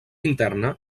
interna